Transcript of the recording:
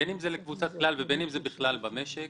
בין אם לקבוצת כלל ובין אם זה בכלל במשק,